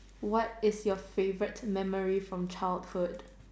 what is your favorite memory from childhood